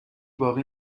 باقی